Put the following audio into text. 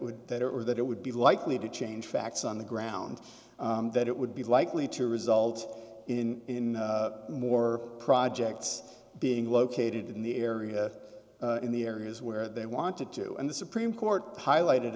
would that or that it would be likely to change facts on the ground that it would be likely to result in more projects being located in the area in the areas where they wanted to and the supreme court highlighted